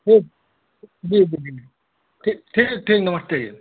ठीक जी जी जी ठीक ठीक ठीक नमस्ते जी